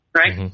right